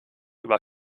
über